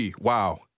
wow